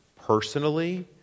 personally